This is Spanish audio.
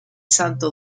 santo